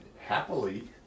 happily